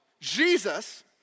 Jesus